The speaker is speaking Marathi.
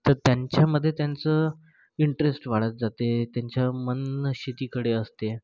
तर त्यांच्यामधे त्यांचं इंटरेस्ट वाढत जाते त्यांच्या मन शेतीकडे असते